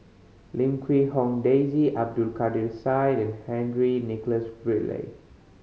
Lim Quee Hong Daisy Abdul Kadir Syed and Henry Nicholas Ridley